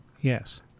Yes